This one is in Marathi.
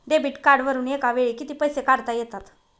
डेबिट कार्डवरुन एका वेळी किती पैसे काढता येतात?